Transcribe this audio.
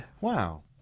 Wow